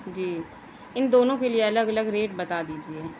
جی ان دونوں کے لیے الگ الگ ریٹ بتا دیجیے